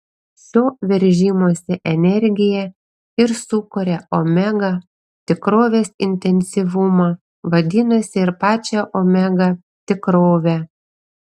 šio veržimosi energija ir sukuria omega tikrovės intensyvumą vadinasi ir pačią omega tikrovę